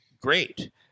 great